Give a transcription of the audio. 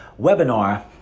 webinar